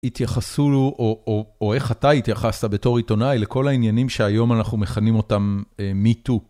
התייחסו לו, או איך אתה התייחסת בתור עיתונאי לכל העניינים שהיום אנחנו מכנים אותם מיטו.